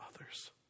others